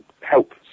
help